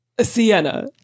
Sienna